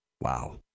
Wow